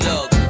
Look